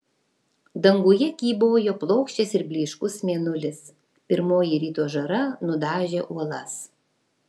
danguje kybojo plokščias ir blyškus mėnulis pirmoji ryto žara nudažė uolas